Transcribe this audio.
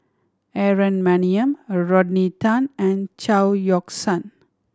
Aaron Maniam Rodney Tan and Chao Yoke San